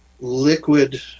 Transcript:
liquid